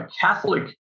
catholic